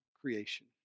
creation